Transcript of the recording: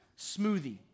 smoothie